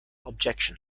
objection